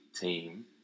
team